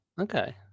Okay